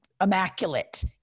immaculate